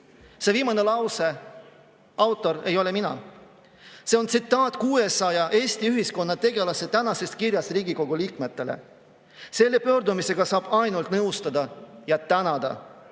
Selle viimase lause autor ei ole mina. See on tsitaat 600 Eesti ühiskonnategelase tänasest kirjast Riigikogu liikmetele. Selle pöördumisega saab ainult nõustuda ja tänada: